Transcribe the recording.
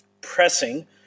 pressing